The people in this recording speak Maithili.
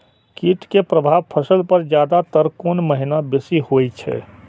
कीट के प्रभाव फसल पर ज्यादा तर कोन महीना बेसी होई छै?